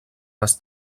les